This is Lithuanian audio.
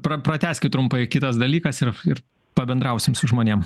pra pratęskit trumpai kitas dalykas ir ir pabendrausim su žmonėm